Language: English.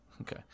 Okay